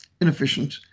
inefficient